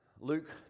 Luke